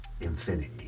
Infinity